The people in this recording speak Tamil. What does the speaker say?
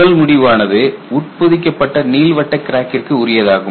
முதல் முடிவு ஆனது உட்பொதிக்கப்பட்ட நீள்வட்ட கிராக்கிற்கு உரியதாகும்